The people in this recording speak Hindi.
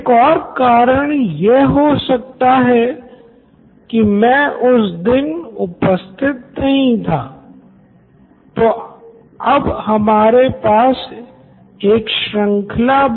मूलतः इसके कई कारण हो सकते है जैसे की आप किसी बात के बारे मे कम जानकारी रखते है या फिर किसी बात मे कम अनुभव रखते है